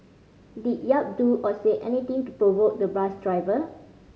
did Yap do or say anything to provoke the bus driver